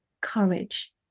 courage